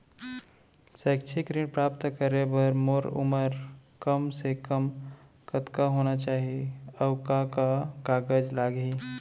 शैक्षिक ऋण प्राप्त करे बर मोर उमर कम से कम कतका होना चाहि, अऊ का का कागज लागही?